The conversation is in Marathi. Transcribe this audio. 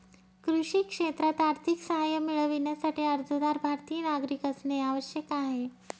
कृषी क्षेत्रात आर्थिक सहाय्य मिळविण्यासाठी, अर्जदार भारतीय नागरिक असणे आवश्यक आहे